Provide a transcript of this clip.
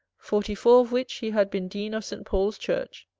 forty-four of which he had been dean of st. paul's church,